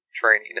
training